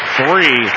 three